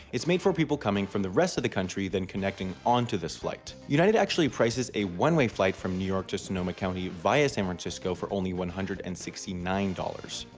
it's made for people coming from the rest of the country then connecting onto this flight. united actually prices a one-way flight from new york to sonoma county via san francisco for only one hundred and sixty nine dollars.